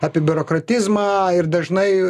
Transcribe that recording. apie biurokratizmą ir dažnai